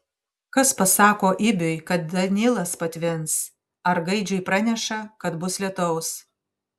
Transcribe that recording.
kas pasako ibiui kada nilas patvins ar gaidžiui praneša kad bus lietaus